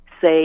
say